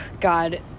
God